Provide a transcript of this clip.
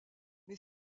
mais